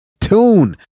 tune